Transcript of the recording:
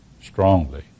strongly